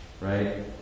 Right